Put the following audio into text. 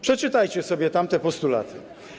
Przeczytajcie sobie tamte postulaty.